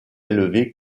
élevé